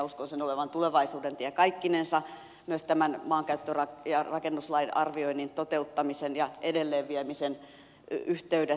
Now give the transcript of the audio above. uskon sen olevan tulevaisuuden tie kaikkinensa myös tämän maankäyttö ja rakennuslain arvioinnin toteuttamisen ja edelleen viemisen yhteydessä